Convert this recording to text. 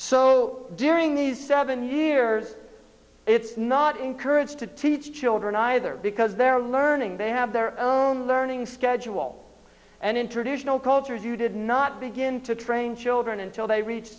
so during these seven years it's not encouraged to teach children either because they're learning they have their own learning schedule and in traditional cultures you did not begin to train children until they reach